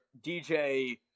DJ